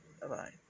Bye-bye